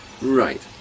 Right